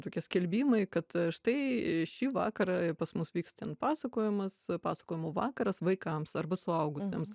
tokie skelbimai kad štai šį vakarą pas mus vyks ten pasakojamas pasakojimų vakaras vaikams arba suaugusiems